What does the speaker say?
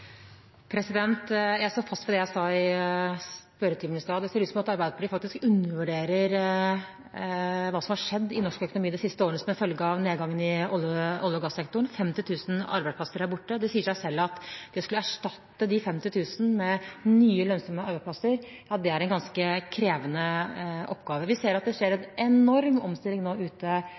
Jeg står fast ved det jeg sa i spørretimen i stad. Det ser ut til at Arbeiderpartiet faktisk undervurderer hva som har skjedd i norsk økonomi de siste årene som følge av nedgangen i olje- og gassektoren. 50 000 arbeidsplasser er borte. Det sier seg selv at det å skulle erstatte de 50 000 med nye lønnsomme arbeidsplasser, er en ganske krevende oppgave. Vi ser at det skjer en enorm omstilling ute